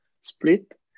split